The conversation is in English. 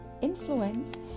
influence